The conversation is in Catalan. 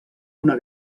una